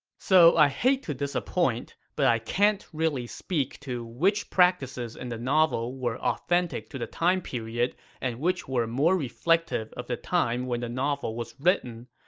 so, i hate to disappoint, but i can't really speak to which practices in and the novel were authentic to the time period and which were more reflective of the time when the novel was written.